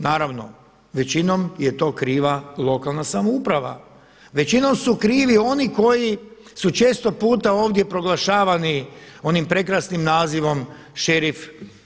Naravno većinom je to kriva lokalna samouprava, većinom su krivi oni koji su često puta ovdje proglašavani onim prekrasnim nazivom šerif.